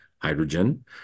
hydrogen